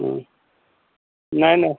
हाँ नहीं नहीं